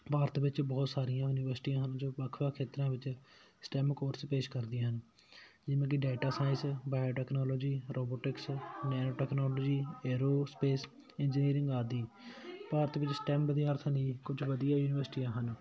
ਭਾਰਤ ਵਿੱਚ ਬਹੁਤ ਸਾਰੀਆਂ ਯੂਨੀਵਰਸਿਟੀਆਂ ਹਨ ਜੋ ਵੱਖ ਵੱਖ ਖੇਤਰਾਂ ਵਿੱਚ ਸਟਿਮ ਕੋਰਸ ਪੇਸ਼ ਕਰਦੀਆਂ ਜਿਵੇਂ ਕਿ ਡਾਟਾ ਸਾਇੰਸ ਬੈਡ technology robotics neuro technology aerospace engineering ਆਦਿ ਭਾਰਤ ਵਿੱਚ ਸਟਿਮ ਵਿਦਿਆਰਥੀਆਂ ਲਈ ਕੁਝ ਵਧੀਆ ਯੂਨੀਵਰਸਿਟੀਆਂ ਹਨ